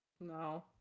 No